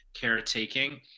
caretaking